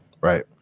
right